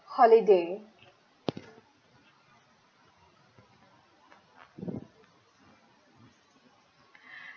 holiday